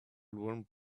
round